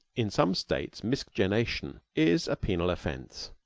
in some states miscegenation is a penal offence.